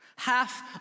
half